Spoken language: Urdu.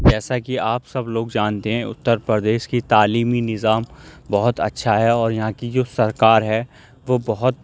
جیسا کہ آپ سب لوگ جانتے ہیں اتر پردیش کی تعلیمی نظام بہت اچھا ہے اور یہاں کی جو سرکار ہے وہ بہت